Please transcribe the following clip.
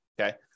okay